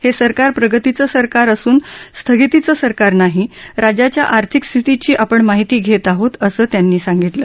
हे सरकार प्रगतीचं सरकार असून स्थगितीचं सरकार नाही राज्याच्या आर्थिक स्थितीची आपण माहिती घेत आहोत असं त्यांनी सांगितलं